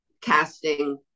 casting